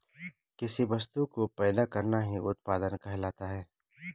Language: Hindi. किसी वस्तु को पैदा करना ही उत्पादन कहलाता है